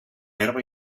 herba